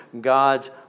God's